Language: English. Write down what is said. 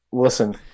Listen